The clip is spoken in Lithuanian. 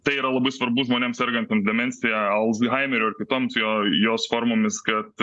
tai yra labai svarbu žmonėm sergantiem demencija alzhaimerio ir kitoms jo jos formomis kad